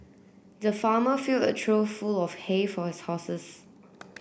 the farmer filled a trough full of hay for his horses